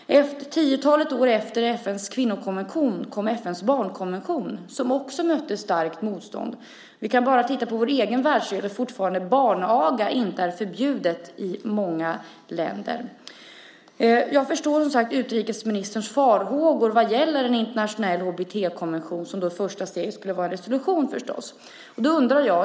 Tiotalet år efter FN:s kvinnokonvention kom FN:s barnkonvention som också mötte starkt motstånd. Det är bara att titta på vår egen världsdel där barnaga fortfarande inte är förbjuden i många länder. Jag förstår, som sagt, utrikesministerns farhågor vad gäller en internationell HBT-konvention. Första steget skulle förstås vara en resolution.